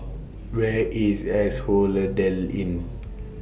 Where IS Inn